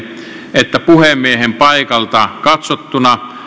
että puhemiehen paikalta katsottuna